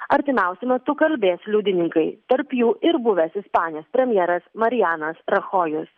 artimiausiu metu kalbės liudininkai tarp jų ir buvęs ispanijos premjeras marijanas rachojus